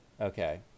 Okay